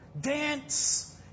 Dance